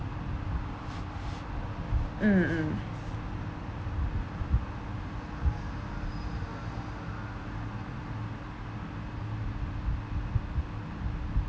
mm mm